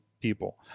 people